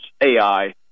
AI